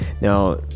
Now